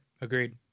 Agreed